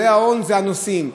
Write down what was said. בעלי ההון זה הנוסעים,